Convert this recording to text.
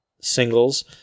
single's